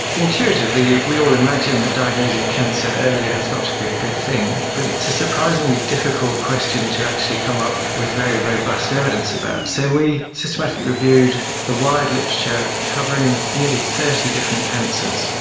intuitively we all imagine that diagnosing cancer earlier has got to be a good thing, but it's a surprisingly difficult question to actually come up with very robust evidence about. so we systematically reviewed the wide literature covering nearly thirty different cancers.